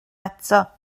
eto